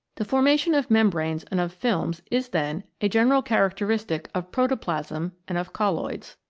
the formation of membranes and of films is, then, a general characteristic of protoplasm and of colloids.